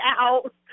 out